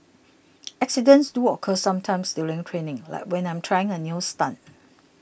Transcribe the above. accidents do occur sometimes during training like when I'm trying a new stunt